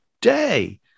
day